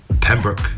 Pembroke